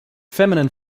feminine